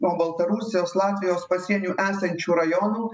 nuo baltarusijos latvijos pasienių esančių rajonų